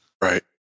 Right